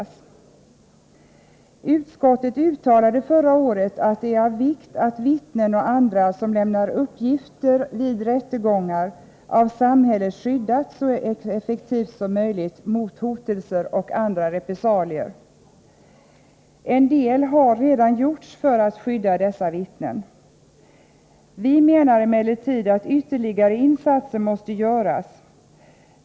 67 Utskottet uttalade förra året att det är av vikt att vittnen och andra som lämnar uppgifter vid rättegångar av samhället skyddas så effektivt som möjligt mot hotelser och andra repressalier. En del har redan gjorts för att skydda dessa vittnen. Vi menar emellertid att ytterligare insatser måste göras.